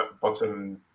bottom